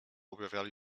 objawiali